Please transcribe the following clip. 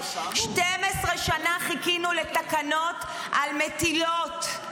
12 שנה חיכינו לתקנות על מטילות.